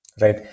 right